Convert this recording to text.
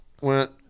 went